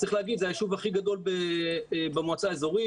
שצריך להבין זה היישוב הכי גדול במועצה האזורית.